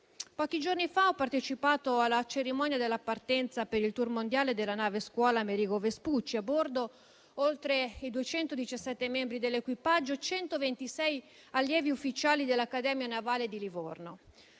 Pochi giorni fa ho partecipato alla cerimonia della partenza per il *tour* mondiale della nave scuola Amerigo Vespucci: a bordo, oltre ai 217 membri dell'equipaggio, 126 allievi ufficiali dell'Accademia navale di Livorno.